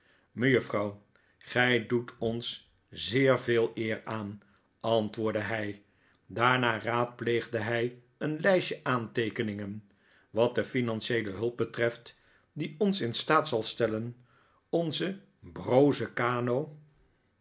mejuffrouw gij doet ons zeer veel eer aan antwoordde hij daarna raadpleegde hij een lijstje met aanteekeningen wat de financieele hulp betreft die ons in staat zal stellen onze broze kano